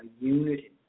unity